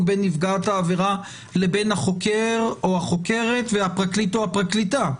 בין נפגעת העבירה לבין החוקר או החוקרת והפרקליט או הפרקליטה.